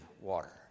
water